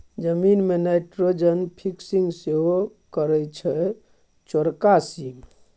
जमीन मे nitrogen fixing सेहो करय छै चौरका सीम